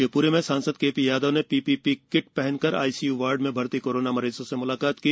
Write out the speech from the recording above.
शिव री में सांसद केपी यादव ने पीपीपी किट हनकर आईसीयू वार्ड में भर्ती कोरोना मरीजों से म्लाकात की